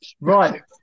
right